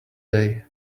day